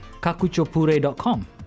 kakuchopure.com